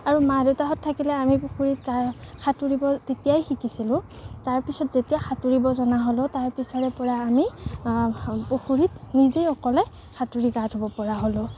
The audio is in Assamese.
আৰু মা দেউতাহঁত থাকিলে আমি পুখুৰীত সাঁতুৰিব তেতিয়াই শিকিছিলোঁ তাৰপিছত যেতিয়া সাঁতুৰিব জনা হ'লোঁ তাৰপিছৰেপৰা আমি পুখুৰীত নিজেই অকলেই সাঁতুৰি গা ধুবপৰা হ'লোঁ